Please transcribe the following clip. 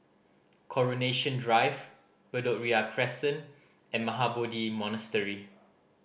Coronation Drive Bedok Ria Crescent and Mahabodhi Monastery